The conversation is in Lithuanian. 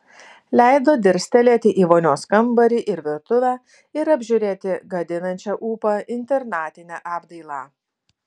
leido dirstelėti į vonios kambarį ir virtuvę ir apžiūrėti gadinančią ūpą internatinę apdailą